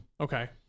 Okay